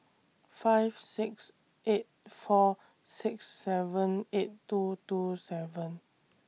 five six eight four six seven eight two two seven